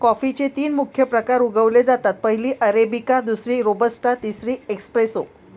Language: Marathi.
कॉफीचे तीन मुख्य प्रकार उगवले जातात, पहिली अरेबिका, दुसरी रोबस्टा, तिसरी एस्प्रेसो